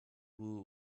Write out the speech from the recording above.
who